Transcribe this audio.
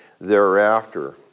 thereafter